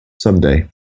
Someday